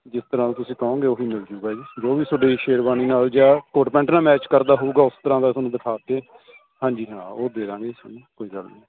ਜਿਸ ਤਰਾਂ ਤੁਸੀਂ ਕਹੋਗੇ ਉਹ ਹੀ ਮਿਲ ਜਾਊਗਾ ਜੀ ਜੋ ਵੀ ਤੁਹਾਡੇ ਸ਼ੇਰਵਾਨੀ ਨਾਲ ਜਾ ਕੋਟ ਪੈਂਟ ਨਾਲ ਮੈਚ ਕਰਦਾ ਹੋਊਗਾ ਉਸ ਤਰ੍ਹਾਂ ਦਾ ਤੁਹਾਨੂੰ ਦਿਖਾ ਕੇ ਹਾਂਜੀ ਹਾਂ ਉਹ ਦੇ ਦਾਂਗੇ ਤੁਹਾਨੂੰ ਕੋਈ ਗੱਲ ਨਹੀਂ